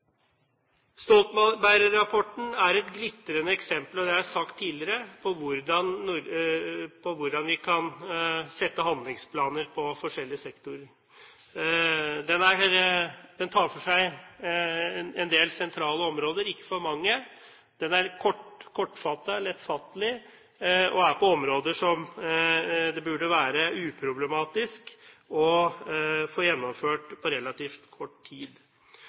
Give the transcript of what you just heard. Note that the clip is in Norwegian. er et glitrende eksempel, og det har jeg sagt tidligere, på hvordan vi kan sette handlingsplaner på forskjellige sektorer. Den tar for seg en del sentrale områder, ikke for mange. Den er kortfattet, lettfattelig og er på områder som det burde være uproblematisk å få fulgt opp på relativt kort tid.